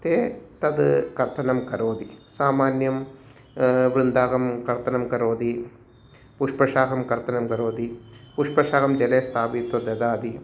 ते तद् कर्तनं करोति सामान्यं वृन्ताकं कर्तनं करोति पुष्पशाकं कर्तनं करोति पुष्पशाकं जले स्थापयित्वा ददाति